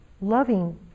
loving